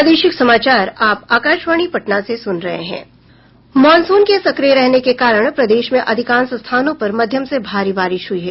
monsoon के सक्रिय रहने के कारण प्रदेश में अधिकांश स्थानों पर मध्यम से भारी बारिश हुई है